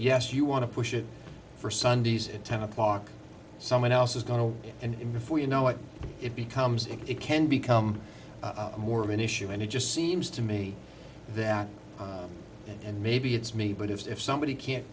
yes you want to push it for sundays in ten o'clock someone else is going to and before you know it it becomes a it can become more of an issue and it just seems to me that and maybe it's me but if somebody can't